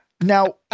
Now